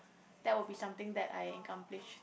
that would be something that I accomplish